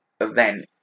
event